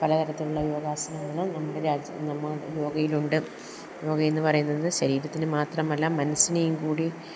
പല തരത്തിലുള്ള യോഗാസനങ്ങളും നമ്മുടെ രാജ്യത്ത് നമ്മൾ യോഗയിലുണ്ട് യോഗയെന്ന് പറയുന്നത് ശരീരത്തിന് മാത്രമല്ല മനസ്സിനെയും കൂടി